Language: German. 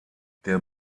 der